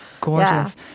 Gorgeous